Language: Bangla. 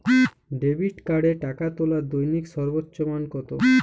ডেবিট কার্ডে টাকা তোলার দৈনিক সর্বোচ্চ মান কতো?